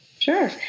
Sure